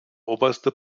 oberste